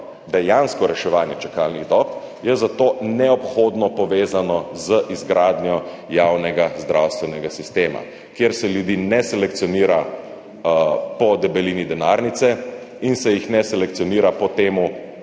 dejansko reševanje čakalnih dob je zato neobhodno povezano z izgradnjo javnega zdravstvenega sistema, kjer se ljudi ne selekcionira po debelini denarnice in se jih ne selekcionira po tem,